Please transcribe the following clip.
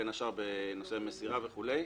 בין השאר בנושא מסירה וכולי,